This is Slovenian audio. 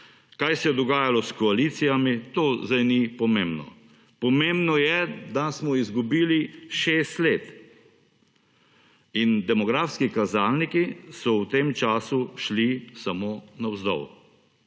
kaj se je dogajalo s koalicijami to zdaj ni pomembno, pomembno je, da smo izgubili 6 let in demografski kazalniki so v tem času šli samo navzdol.